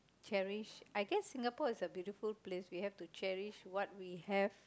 cherish I guess Singapore is a beautiful place we have to cherish what we have